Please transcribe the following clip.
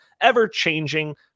ever-changing